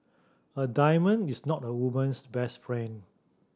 a diamond is not a woman's best friend